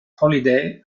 holiday